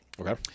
Okay